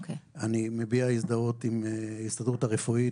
אני מביע הזדהות עם ההסתדרות הרפואית,